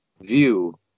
view